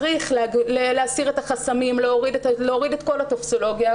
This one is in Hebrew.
צריך להסיר את החסמים, להוריד את כל הטופסולוגיה,